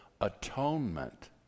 atonement